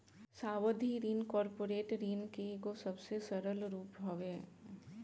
सावधि ऋण कॉर्पोरेट ऋण के एगो सबसे सरल रूप हवे